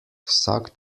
vsak